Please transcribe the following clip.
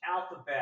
Alphabet